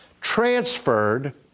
transferred